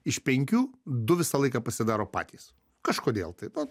iš penkių du visą laiką pasidaro patys kažkodėl taip va